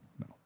No